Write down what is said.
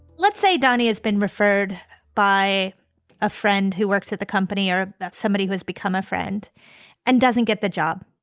let's say danny has been referred by a friend who works at the company or somebody who's become a friend and doesn't get the job.